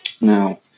now